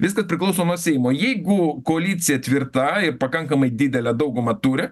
viskas priklauso nuo seimo jeigu koalicija tvirta ir pakankamai didelę daugumą turi